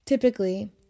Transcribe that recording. Typically